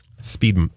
speed